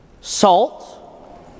Salt